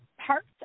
parts